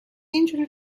angel